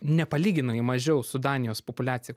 nepalyginamai mažiau su danijos populiacija